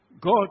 God